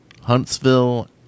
Huntsville